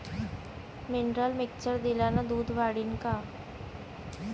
Mineral mixture दिल्यानं दूध वाढीनं का?